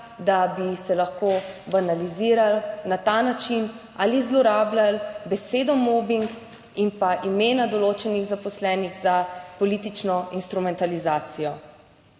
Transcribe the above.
da bi se lahko banalizirali na ta način ali zlorabljali besedo mobing in pa imena določenih zaposlenih za politično instrumentalizacijo.